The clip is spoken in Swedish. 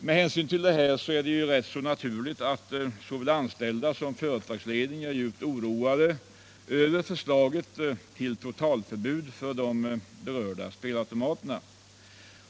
Med hänsyn härtill är det naturligt att såväl de anställda som företagsledningen är djupt oroade över förslaget om totalförbud för de berörda spelautomaterna.